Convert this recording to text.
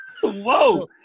whoa